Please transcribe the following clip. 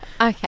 Okay